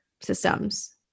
systems